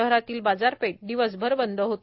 शहरातील बाजारपेठ दिवसभर बंद होती